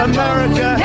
America